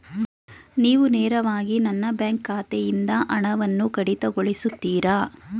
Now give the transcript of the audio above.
ನೀವು ನೇರವಾಗಿ ನನ್ನ ಬ್ಯಾಂಕ್ ಖಾತೆಯಿಂದ ಹಣವನ್ನು ಕಡಿತಗೊಳಿಸುತ್ತೀರಾ?